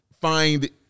find